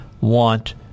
want